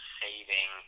saving